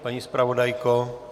Paní zpravodajko?